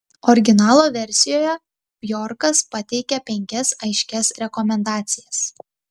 originalo versijoje bjorkas pateikia penkias aiškias rekomendacijas